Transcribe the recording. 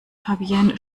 fabienne